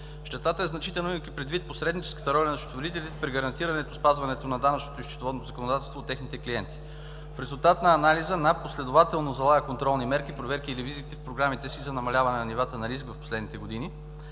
Щетата е значителна, имайки предвид посредническата роля на счетоводителите при гарантирането и спазването на данъчното и счетоводно законодателство от техните клиенти. В резултат на анализа НАП последователно залага контролни мерки, проверки и ревизии в програмите си за намаляване на нивата на риск в последните години.